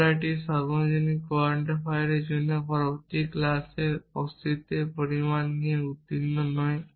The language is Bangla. আমরা একটি সর্বজনীন কোয়ান্টিফায়ারের জন্য পরবর্তী ক্লাসে অস্তিত্বের পরিমাণ নিয়ে উদ্বিগ্ন নই